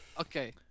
Okay